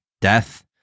death